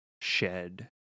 shed